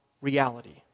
reality